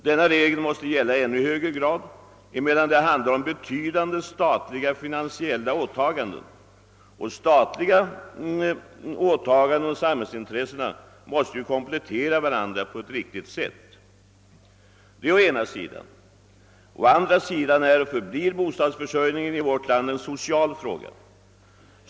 Denna regel måste gälla i ännu högre grad på detta område, eftersom det här handlar om betydande statliga finansiella åtaganden. Statliga åtaganden och samhällsintressena måste komplettera varandra på ett riktigt sätt. Detta är den ena sidan av saken. Å andra sidan är och förblir bostadsförsörjningen i vårt land en social fråga.